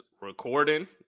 recording